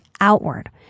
outward